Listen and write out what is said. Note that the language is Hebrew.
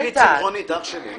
הבת שלי צמחונית אח שלי,